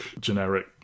generic